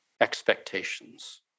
expectations